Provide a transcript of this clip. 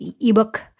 ebook